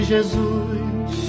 Jesus